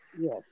Yes